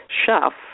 chef